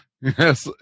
Yes